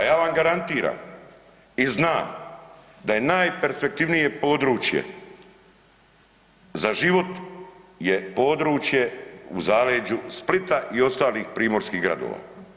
A ja vam garantiram i znam da je najperspektivnije područje za život je područje u zaleđu Splita i ostalih primorskih gradova.